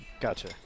Gotcha